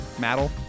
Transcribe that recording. Metal